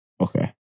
Okay